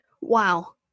Wow